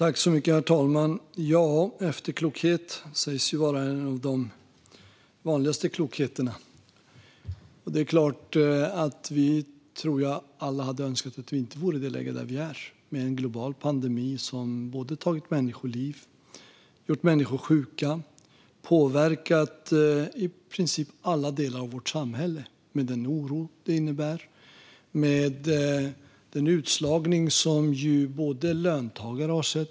Herr talman! Efterklokhet sägs ju vara en av de vanligaste klokheterna. Det är klart att vi alla hade önskat att vi inte vore i det läge där vi är, med en global pandemi som tagit människoliv, gjort människor sjuka och påverkat i princip alla delar av vårt samhälle med den oro och den utslagning det innebär.